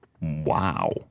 Wow